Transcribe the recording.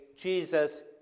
Jesus